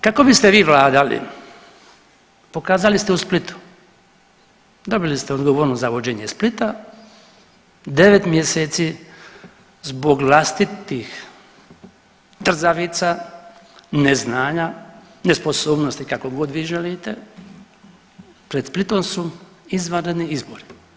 Kako biste vi vladali pokazali ste u Splitu, dobili ste odgovornost za vođenje Splita, devet mjeseci zbog vlastitih trzavica, neznanja, nesposobnosti kakogod vi želite, pred Splitom su izvanredni izbori.